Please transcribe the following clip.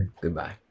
Goodbye